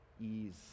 ease